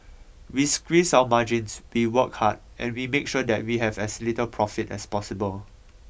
we squeeze our margins we work hard and we make sure that we have as little profit as possible